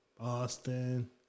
Boston